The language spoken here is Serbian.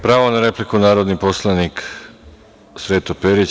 Pravo na repliku, narodni poslanik Sreto Perić.